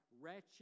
wretched